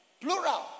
plural